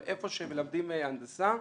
אבל איפה שמלמדים הנדסה,